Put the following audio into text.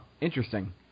interesting